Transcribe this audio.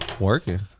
Working